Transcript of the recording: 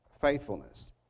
faithfulness